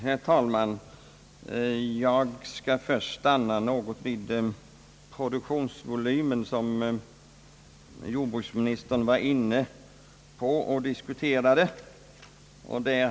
Herr talman! Jag skall först stanna vid produktionsvolymen, som jordbruksministern ånyo tagit upp till debatt.